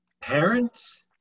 parents